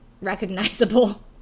recognizable